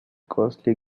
costly